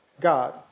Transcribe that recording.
God